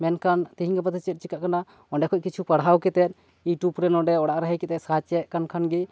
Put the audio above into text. ᱢᱮᱱᱠᱷᱟᱱ ᱛᱤᱦᱤᱧ ᱜᱟᱯᱟ ᱫᱚ ᱪᱮᱫ ᱪᱤᱠᱟᱜ ᱠᱟᱱᱟ ᱚᱰᱮᱸᱠᱷᱚᱡ ᱠᱤᱪᱷᱩ ᱯᱟᱲᱦᱟᱣ ᱠᱟᱛᱮᱫ ᱤᱭᱩᱴᱩᱵ ᱨᱮ ᱱᱚᱰᱮ ᱚᱲᱟᱜ ᱨᱮ ᱦᱮᱡ ᱠᱟᱛᱮ ᱥᱟᱨᱪ ᱮᱫ ᱠᱟᱱᱠᱷᱟᱱ ᱜᱤ